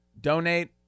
donate